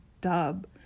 Dub